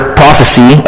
prophecy